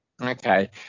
Okay